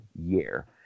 year